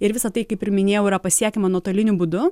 ir visa tai kaip ir minėjau yra pasiekiama nuotoliniu būdu